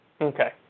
Okay